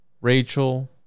Rachel